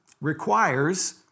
requires